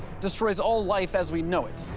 destroys all life as we know it.